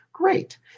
great